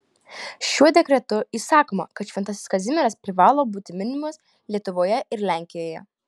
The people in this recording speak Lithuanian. šiuo dekretu įsakoma kad šventasis kazimieras privalo būti minimas lietuvoje ir lenkijoje